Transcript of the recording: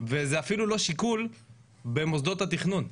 וזה אפילו לא שיקול במוסדות התכנון.